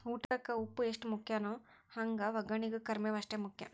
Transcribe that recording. ಊಟಕ್ಕ ಉಪ್ಪು ಎಷ್ಟ ಮುಖ್ಯಾನೋ ಹಂಗ ವಗ್ಗರ್ನಿಗೂ ಕರ್ಮೇವ್ ಅಷ್ಟ ಮುಖ್ಯ